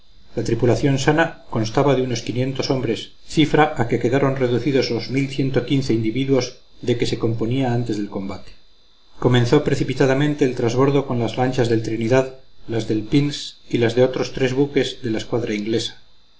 la tripulación sana constaba de unos quinientos hombres cifra a que quedaron reducidos los mil ciento quince individuos de que se componía antes del combate comenzó precipitadamente el trasbordo con las lanchas del trinidad las del pince y las de otros tres buques de la escuadra inglesa